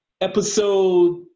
episode